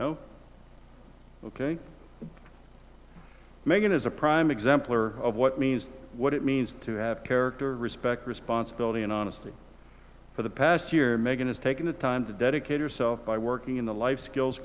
oh ok megan is a prime example or of what means what it means to have character respect responsibility and honesty for the past year meghan is taking the time to dedicate yourself by working in the life skills